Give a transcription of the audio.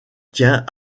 tient